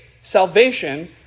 salvation